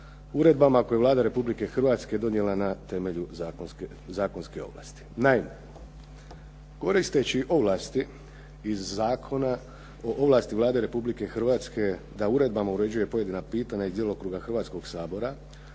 uredbama koje je Vlada Republike Hrvatske donijela na temelju zakonske ovlasti. Naime, koristeći ovlasti iz Zakona o ovlasti Vlade Republike Hrvatske da uredbama uređuje pojedina pitanja iz djelokruga Hrvatskoga sabora